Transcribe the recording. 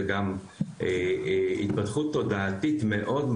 זה גם התפתחות תודעתית מאוד,